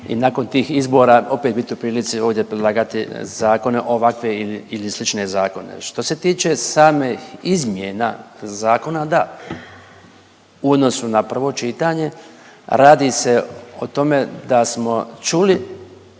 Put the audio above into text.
i nakon tih izbora opet bit u prilici ovdje predlagati zakone ovakve ili slične zakone. Što se tiče samih izmjena zakona, da, u odnosu na prvo čitanje radi se o tome da smo čuli